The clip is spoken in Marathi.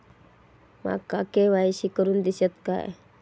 माका के.वाय.सी करून दिश्यात काय?